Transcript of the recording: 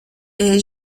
est